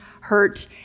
hurt